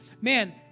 Man